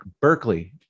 Berkeley